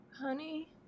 Honey